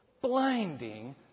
blinding